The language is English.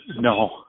No